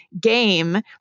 game